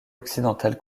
occidentale